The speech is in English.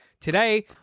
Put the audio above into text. today